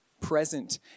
present